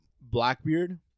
Blackbeard